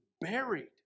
buried